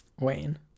Wayne